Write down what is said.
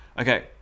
Okay